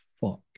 fuck